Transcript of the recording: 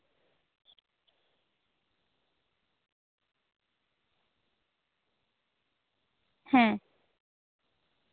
ᱦᱮᱸ